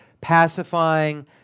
pacifying